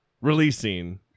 releasing